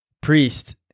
priest